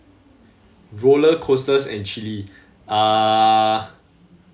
rollercoasters and chilli uh